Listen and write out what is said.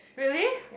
really